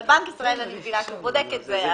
אבל בנק ישראל אני מבינה שהוא בודק את זה.